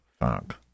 Fuck